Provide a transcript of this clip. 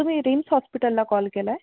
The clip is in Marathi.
तुम्ही रीम्स हॉस्पिटलला कॉल केला आहे